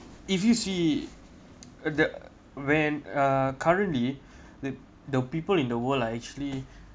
if you see the when uh currently the the people in the world are actually